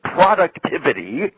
productivity